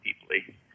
deeply